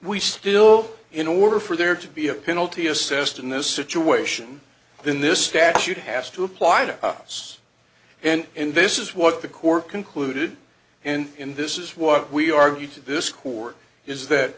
we still in order for there to be a penalty assessed in this situation then this statute has to apply to us and this is what the court concluded and this is what we argued to this court is that